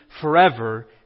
forever